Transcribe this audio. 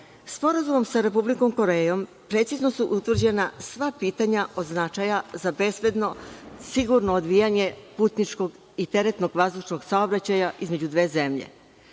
danas. Sporazumom sa Republikom Korejom precizno su utvrđena sva pitanja od značaja za bezbedno sigurno odvijanje putničkog i teretnog vazdušnog saobraćaja između dve zemlje.